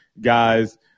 guys